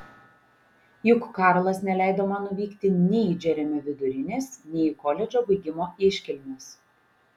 juk karlas neleido man nuvykti nei į džeremio vidurinės nei į koledžo baigimo iškilmes